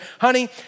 honey